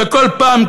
וכל פעם,